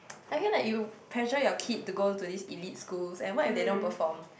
I can't like you pressure your kid to go to this elite school and what if they don't perform